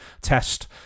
test